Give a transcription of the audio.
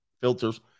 filters